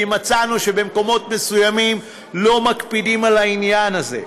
כי מצאנו שבמקומות מסוימים לא מקפידים על העניין הזה,